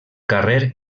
carrer